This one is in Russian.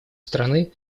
страны